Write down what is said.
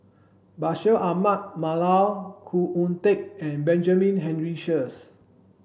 Bashir Ahmad Mallal Khoo Oon Teik and Benjamin Henry Sheares